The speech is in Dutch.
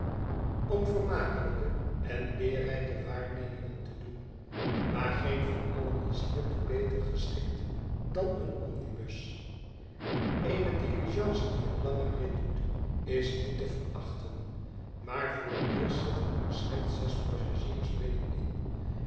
om vermakelijke en leerrijke waarnemingen te doen maar geen van alien is hiertoe beter geschikt dan een omnibus eene diligence die een langen rit doet is niet te verachten maar vooreerst zitten er slechts zes passagiers binnen